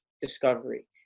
discovery